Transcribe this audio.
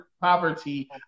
poverty